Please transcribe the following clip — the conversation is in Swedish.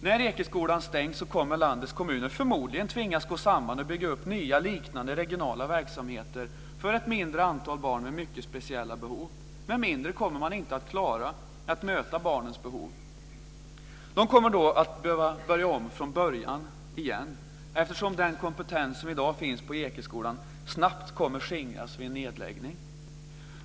När Ekeskolan stängs kommer landets kommuner förmodligen tvingas att gå samman och bygga upp nya liknande regionala verksamheter för ett mindre antal barn med mycket speciella behov. Med mindre kommer man inte att klara att möta barnens behov. De kommer då att behöva börja om från början igen eftersom den kompetens som i dag finns på Ekeskolan snabbt kommer att skingras vid en nedläggning.